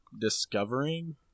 discovering